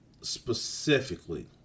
specifically